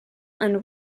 and